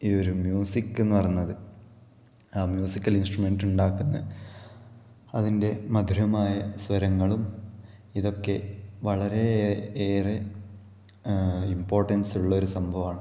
ഈയൊരു മ്യൂസിക്ക് എന്ന് പറയുന്നത് ആ മ്യൂസിക്കല് ഇന്സ്ട്രമെന്റ്റ്റുണ്ടാക്കുന്ന അതിന്റെ മധുരമായ സ്വരങ്ങളും ഇതൊക്കെ വളരെ ഏ ഏറെ ഇമ്പോര്ട്ടന്റ്സുള്ളോരു സംഭവമാണ്